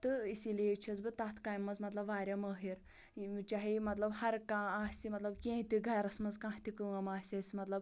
تہٕ اسی لیے چھیٚس بہٕ تَتھ کامہِ منٛز مطلب واریاہ مٲہر یِم چاہے مطلب ہر کانٛہہ آسہِ مطلب کیٚنٛہہ تہِ گھرَس منٛز کانٛہہ تہِ کٲم آسہِ اسہِ مطلب